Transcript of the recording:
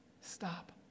Stop